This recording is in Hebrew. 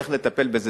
ואיך לטפל בזה,